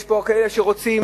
יש כאלה שרוצים